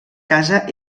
casa